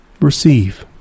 Receive